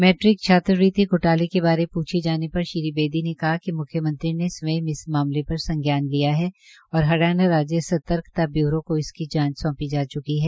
matric छात्रवृत्ति घोटाले के बारे पूछे जाने पर श्री बेदी ने कहा कि म्ख्यमंत्री ने स्वयं इस मामले पर संज्ञान लिया है और हरियाणा राज्य सतर्कता ब्यूरो को इसकी जांच सौंपी जा चुकी है